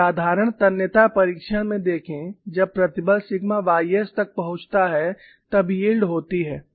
एक साधारण तन्यता परिक्षण में देखें जब प्रतिबल सिग्मा ys तक पहुँचता है तब यील्ड होती है